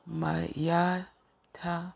mayata